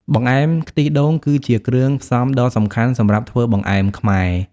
បង្អែម ខ្ទិះដូងគឺជាគ្រឿងផ្សំដ៏សំខាន់សម្រាប់ធ្វើបង្អែមខ្មែរ។